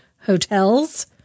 hotels